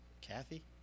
Kathy